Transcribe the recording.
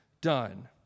done